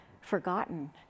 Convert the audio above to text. forgotten